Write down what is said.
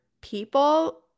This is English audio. people